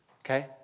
Okay